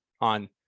on